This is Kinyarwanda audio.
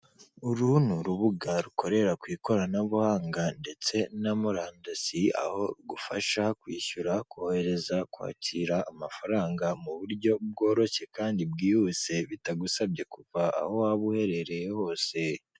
Uru ni urubuga rukorera ku ikoranabuhanga ndetse na murandasi, aho rugufasha kwishyura kohereza, kwakira amafaranga mu buryo bworoshye kandi bwihuse bitagusabye kuva aho waba uherereye hose.